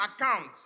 account